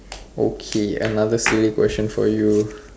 okay another silly question for you